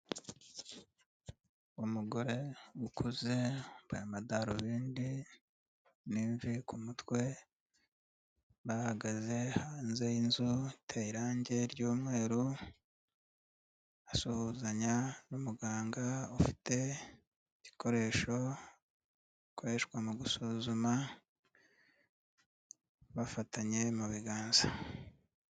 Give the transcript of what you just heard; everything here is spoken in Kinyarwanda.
Umugore ukuze yambaye amadarubindi n'imvi ku mutwe bahagaze hanze y'inzu iteye irangi ry'umweru, asuhuzanya n'umuganga ufite igikoresho gikoreshwa mu gusuzuma bafatanye mu biganza.